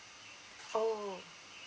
oh